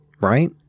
right